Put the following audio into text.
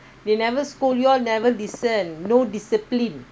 they never scold you all never listen no discipline